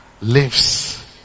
lives